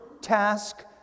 task